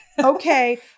Okay